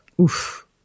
Oof